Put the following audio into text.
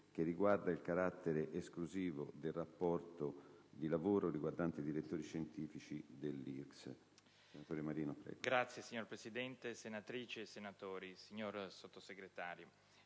sul carattere esclusivo del rapporto di lavoro riguardante i direttori scientifici dell'IRCCS**